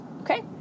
Okay